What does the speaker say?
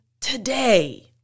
today